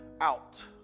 out